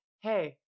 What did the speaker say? hey